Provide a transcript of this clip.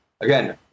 again